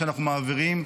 שאנחנו מעבירים,